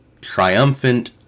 triumphant